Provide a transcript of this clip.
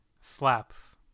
slaps